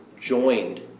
joined